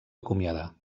acomiadar